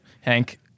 Hank